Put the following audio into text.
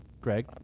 Greg